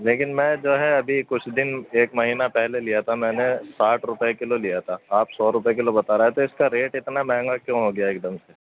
لیکن میں جو ہے ابھی کچھ دن ایک مہینہ پہلے لیا تھا میں نے ساٹھ روپے کلو لیا تھا آپ سو روپے کلو بتا رہے تھے اس کا ریٹ اتنا مہنگا کیوں ہو گیا ایک دم سے